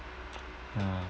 ya